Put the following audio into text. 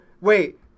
wait